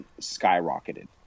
skyrocketed